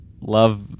love